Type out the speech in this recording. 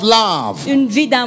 love